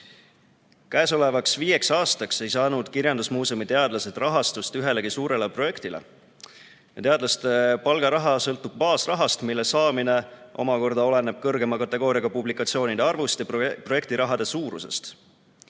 Käesolevaks viieks aastaks ei saanud kirjandusmuuseumi teadlased rahastust ühelegi suurele projektile. Teadlaste palgaraha sõltub baasrahast, mille saamine omakorda oleneb kõrgema kategooriaga publikatsioonide arvust ja projektisummade suurusest.